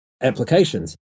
applications